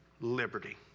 liberty